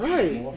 Right